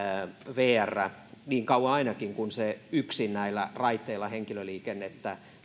vr ainakin niin kauan kuin se yksin näillä raiteilla henkilöliikennettä